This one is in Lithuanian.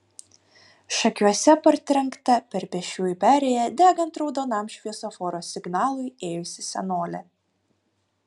šakiuose partrenkta per pėsčiųjų perėją degant raudonam šviesoforo signalui ėjusi senolė